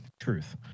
Truth